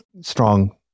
strong